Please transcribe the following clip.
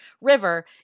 River